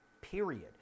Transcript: period